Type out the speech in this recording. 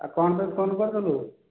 ଆଉ କ'ଣ ପାଇଁ ଫୋନ୍ କରିଥିଲୁ